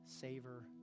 savor